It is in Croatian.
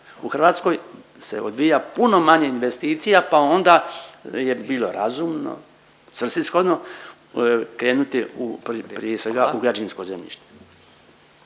u Hrvatskoj se odvija puno manje investicija pa onda je bilo razumno, svrsishodno krenuti prije svega u građevinsko zemljište.